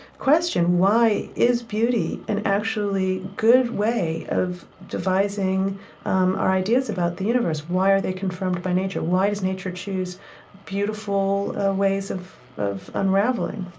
question, why is beauty an actually good way of devising um our ideas about the universe? why are they confirmed by nature? why does nature choose beautiful ah ways of of unraveling?